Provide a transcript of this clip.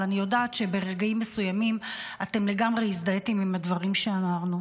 אבל אני יודעת שברגעים מסוימים אתם לגמרי הזדהיתם עם הדברים שאמרנו.